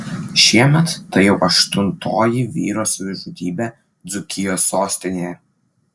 šiemet tai jau aštuntoji vyro savižudybė dzūkijos sostinėje